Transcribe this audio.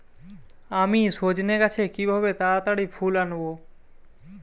আমি সজনে গাছে কিভাবে তাড়াতাড়ি ফুল আনব?